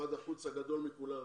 משרד החוץ הגדול מכולם,